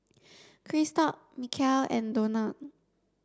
Christop Micheal and Donald